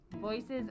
Voices